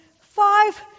five